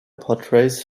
portrays